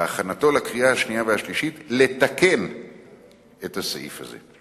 בהכנתו לקריאה השנייה והשלישית לתקן את הסעיף הזה.